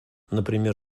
например